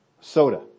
soda